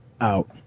out